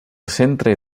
centre